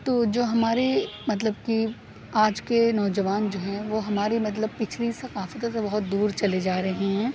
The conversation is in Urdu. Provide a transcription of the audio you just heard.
تو جو ہمارے مطلب کہ آج کے نوجوان جو ہیں وہ ہمارے مطلب پچھلی ثقافتوں سے بہت دور چلے جا رہے ہیں